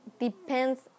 depends